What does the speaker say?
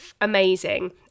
amazing